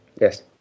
Yes